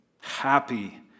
happy